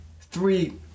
Three